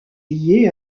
liée